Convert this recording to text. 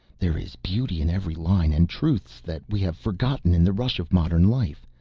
there is beauty in every line and truths that we have forgotten in the rush of modern life.